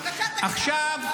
בסדר, הבנו